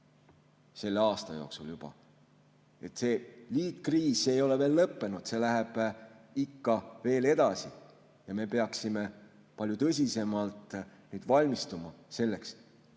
selle aasta jooksul. See liitkriis ei ole veel lõppenud, see läheb ikka veel edasi ja me peaksime palju tõsisemalt selleks